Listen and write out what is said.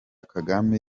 kagame